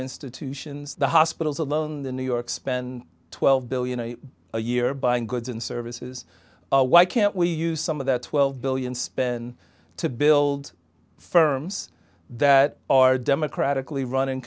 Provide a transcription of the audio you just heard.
institutions the hospitals alone the new york spend twelve billion a year buying goods and services why can't we use some of that twelve billion spend to build firms that are democratically run in